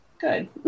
Good